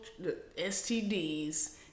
STDs